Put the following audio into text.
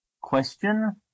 question